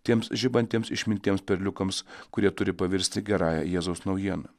tiems žibantiems išminties perliukams kurie turi pavirsti gerąja jėzaus naujiena